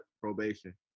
probation